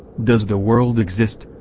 does the world exist?